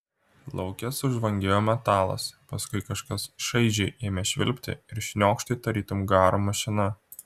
lauke sužvangėjo metalas paskui kažkas šaižiai ėmė švilpti ir šniokšti tarytum garo mašina